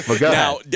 Now